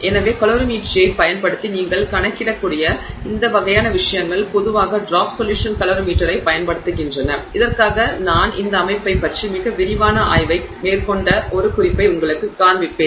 எனவே கலோரிமீட்டரியைப் பயன்படுத்தி நீங்கள் கணக்கிடக்கூடிய இந்த வகையான விஷயங்கள் பொதுவாக ட்ராப் சொலுஷன் கலோரிமீட்டரைப் பயன்படுத்துகின்றன இதற்காக நான் இந்த அமைப்பைப் பற்றி மிக விரிவான ஆய்வை மேற்கொண்ட ஒரு குறிப்பை உங்களுக்குக் காண்பிப்பேன்